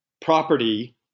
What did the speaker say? property